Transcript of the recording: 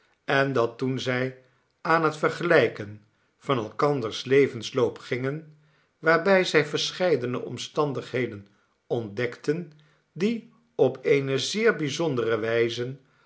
en dat toen zij aan het vergelijken van elkanders levensloop gingen waarbij zij verscheidene omstandigheden ontdekten die op eene zeer bijzondere wijzeovereenstemden